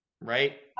right